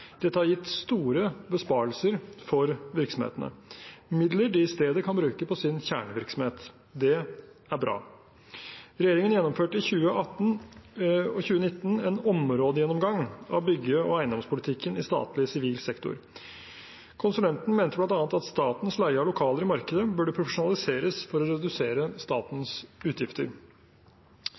Dette har gitt store besparelser for virksomhetene, midler de i stedet kan bruke på sin kjernevirksomhet. Det er bra. Regjeringen gjennomførte i 2018–2019 en områdegjennomgang av bygge- og eiendomspolitikken i statlig sivil sektor. Konsulenten mente bl.a. at statens leie av lokaler i markedet burde profesjonaliseres for å redusere statens utgifter.